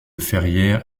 ferrières